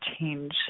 change